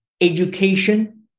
education